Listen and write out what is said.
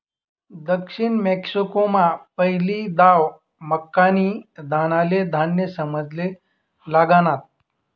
दक्षिण मेक्सिकोमा पहिली दाव मक्कीना दानाले धान्य समजाले लागनात